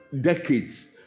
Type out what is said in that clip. decades